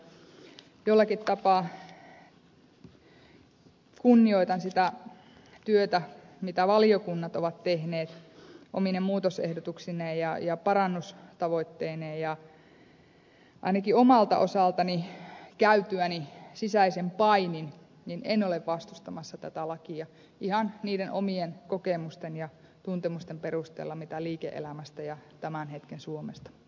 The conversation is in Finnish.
jollakin tapaa kunnioitan sitä työtä mitä valiokunnat ovat tehneet omine muutosehdotuksineen ja parannustavoitteineen ja ainakaan omalta osaltani käytyäni sisäisen painin en ole vastustamassa tätä lakia ihan niiden omien kokemusten ja tuntemusten perusteella mitä liike elämästä ja tämän hetken suomesta on